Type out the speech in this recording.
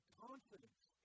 confidence